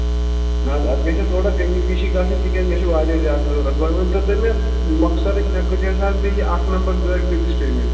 نہ حظ اَتھ گژھِ تھوڑا کٔمی پیٖشی گژھٕنۍ تِکیٛازِ مےٚ چھِ واریاہ زیادٕ ضوٚرَتھ وۄنۍ ؤنۍ تَو تُہۍ مےٚ مۄقصرٕے مےٚ کۭتِس حظ پیٚیہِ یہِ اَکھ نمبر گٲڑۍ کۭتِس پیٚیہِ مےٚ